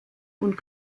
und